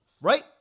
right